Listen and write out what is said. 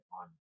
on